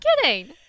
kidding